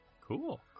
Cool